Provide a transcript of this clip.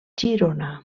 girona